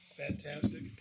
Fantastic